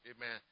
Amen